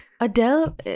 Adele